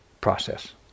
process